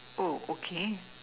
okay